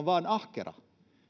vain on ahkera